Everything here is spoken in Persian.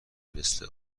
مثل